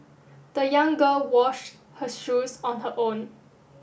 the young girl washed her shoes on her own